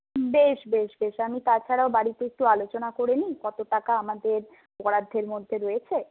বেশ বেশ বেশ আমি তাছাড়াও বাড়িতে একটু আলোচনা করে নিই কত টাকা আমাদের বরাদ্দের মধ্যে রয়েছে